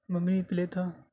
مبنی پلے تھا